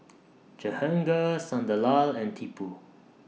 Jehangirr Sunderlal and Tipu